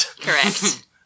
Correct